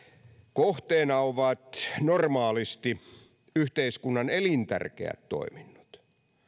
kohteena ovat normaalisti yhteiskunnan elintärkeät toiminnot